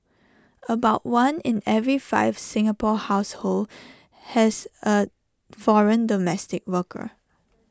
about one in every five Singapore households has A foreign domestic worker